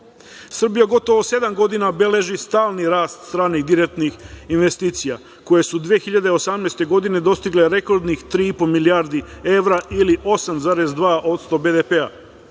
gotovo sedam godina beleži stalni rast stranih direktnih investicija koje su 2018. godine dostigle rekordnih 3,5 milijardi evra ili 8,2% BDP.